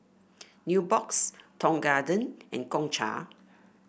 Nubox Tong Garden and Gongcha